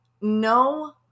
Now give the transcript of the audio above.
no